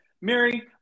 Mary